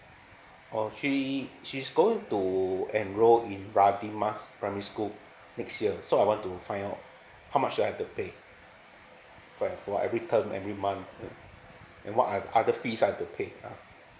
oh she she's going to enrol in radin mas primary school next year so I want to find out how much do I have to pay for for every term every month you know and what are the other fees I have to pay ah